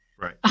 Right